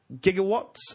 gigawatts